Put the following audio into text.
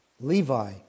Levi